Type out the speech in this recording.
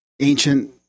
ancient